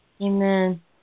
Amen